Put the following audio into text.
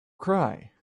cry